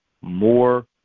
more